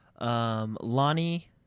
Lonnie